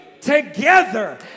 together